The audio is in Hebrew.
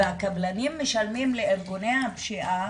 והקבלנים משלמים לארגוני הפשיעה